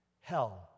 Hell